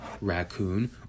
Raccoon